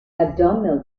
abdominal